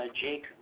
Jake